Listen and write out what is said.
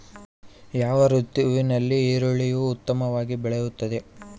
ಯಾವ ಋತುವಿನಲ್ಲಿ ಈರುಳ್ಳಿಯು ಉತ್ತಮವಾಗಿ ಬೆಳೆಯುತ್ತದೆ?